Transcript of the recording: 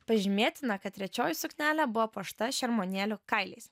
pažymėtina kad trečioji suknelė buvo puošta šermuonėlių kailiais